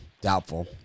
Doubtful